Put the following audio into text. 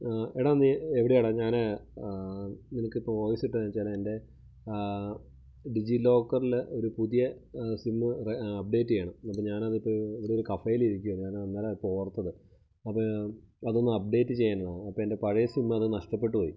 എടാ നീ എവിടെയാടാ ഞാന് നിനക്കിപ്പം വോയിസ് ഇട്ടത് അയച്ചത് എൻ്റെ ഡി ജി ലോക്കറില് ഒരു പുതിയ സിം അപ്ഡേട്ട് ചെയ്യണം അപ്പം ഞാനതിന് ഇപ്പോൾ ഒരു കഫയില് ഇരിക്കുവാണ് ഞാനന്നേരം അപ്പഴാണ് ഓർത്തത് അത് അതൊന്ന് അപ്ഡേട്ട് ചെയ്യാനുള്ളതാണ് അപ്പം എൻ്റെ പഴയ സിമ്മത് നഷ്ടപ്പെട്ടു പോയി